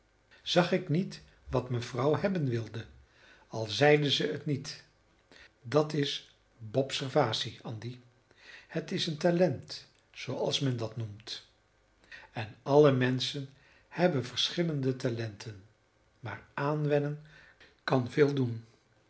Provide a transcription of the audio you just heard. zag ik niet wat mevrouw hebben wilde al zeide ze het niet dat is bopservasie andy het is een talent zooals men dat noemt en alle menschen hebben verschillende talenten maar aanwennen kan veel doen